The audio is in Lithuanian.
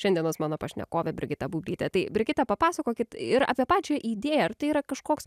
šiandienos mano pašnekovė brigita bublytė tai brigita papasakokit ir apie pačią idėją ar tai yra kažkoks